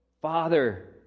Father